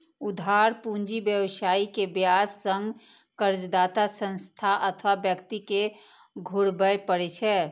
उधार पूंजी व्यवसायी कें ब्याज संग कर्जदाता संस्था अथवा व्यक्ति कें घुरबय पड़ै छै